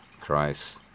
Christ